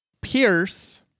Pierce